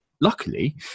luckily